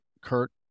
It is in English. Kurt